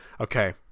okay